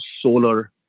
solar